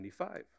95